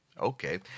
Okay